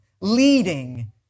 leading